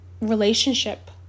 relationship